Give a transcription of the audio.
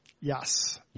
Yes